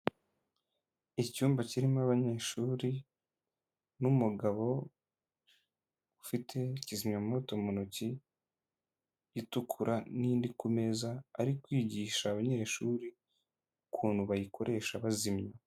Icyumba kirimo abanyeshuri n'umugabo ufite kizimyamwoto mu ntoki itukura n'indi ku meza, ari kwigisha abanyeshuri ukuntu bayikoresha bazimya.